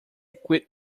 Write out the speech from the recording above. quit